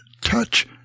touch